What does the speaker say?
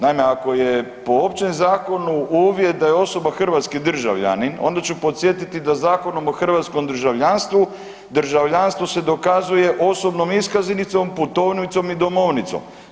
Naime, ako je po općem zakonu uvjet da je osoba hrvatski državljanin, onda ću podsjetiti da Zakonom o hrvatskom državljanstvu državljanstvo se dokazuje osobnom iskaznicom, putovnicom i domovnicom.